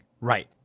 right